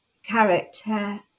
character